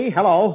Hello